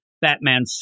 Batman